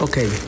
Okay